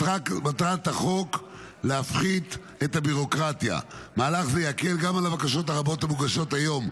בהצעת החוק מוצע לחדד את הפרשנות ולקבוע שרק בחיבור הראשוני